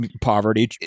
Poverty